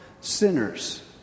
sinners